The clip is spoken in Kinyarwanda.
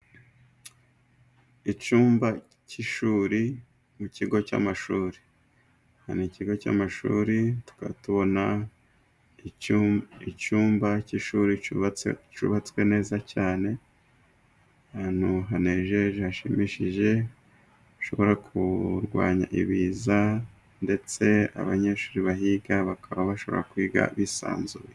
Icyumba cy'ishuri mu kigo cy'amashuri, hari ikigo cy'amashuri tubona icyumba cy'ishuri cyubatswe neza cyane, ahantu hanejeje hashimishije hashobora kurwanya ibiza, ndetse abanyeshuri bahiga bakaba bashobora kwiga bisanzuye.